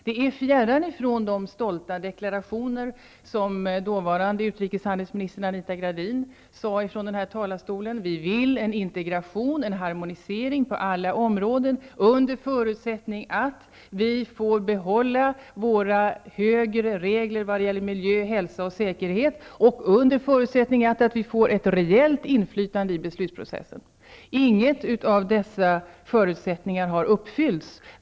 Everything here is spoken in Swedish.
Det är fjärran från de stolta deklarationer som dåvarande handelsministern Anita Gradin gjorde från den här talarstolen -- att vi vill ha en integration, en harmonisering på alla områden, under förutsättning att vi får behålla våra strängare regler vad gäller miljö, hälsa och säkerhet, och under förutsättning att vi får ett rejält inflytande i beslutsprocessen. Ingen av dessa förutsättningar har uppfyllts.